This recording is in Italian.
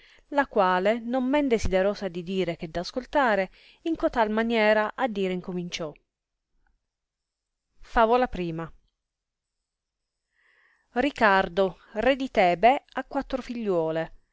la quale non men desiderosa di dire che d ascoltare in cotal maniera a dire incominciò favola i rlcardo re di tebe ha quattro figliuole